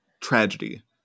tragedy